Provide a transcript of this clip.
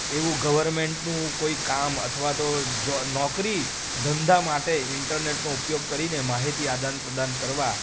એવું ગવર્મેન્ટનું કોઈ કામ અથવા તો જો નોકરી ધંધા માટે ઈન્ટરનેટનો ઉપયોગ કરીને માહિતી આદાનપ્રદાન કરવા